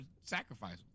sacrifice